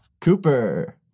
Cooper